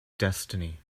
destiny